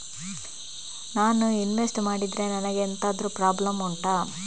ನಾನು ಇನ್ವೆಸ್ಟ್ ಮಾಡಿದ್ರೆ ನನಗೆ ಎಂತಾದ್ರು ಪ್ರಾಬ್ಲಮ್ ಉಂಟಾ